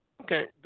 Okay